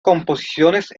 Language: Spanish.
composiciones